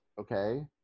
Okay